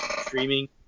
streaming